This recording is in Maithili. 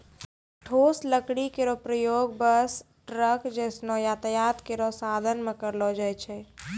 ठोस लकड़ी केरो प्रयोग बस, ट्रक जैसनो यातायात केरो साधन म करलो जाय छै